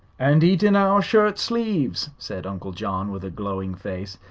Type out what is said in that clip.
and eat in our shirt-sleeves! said uncle john, with a glowing face.